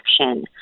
action